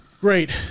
Great